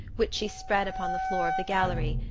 which she spread upon the floor of the gallery,